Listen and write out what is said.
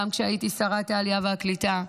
גם כשהייתי שרת העלייה והקליטה,